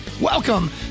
Welcome